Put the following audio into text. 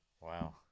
Wow